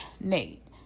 Nate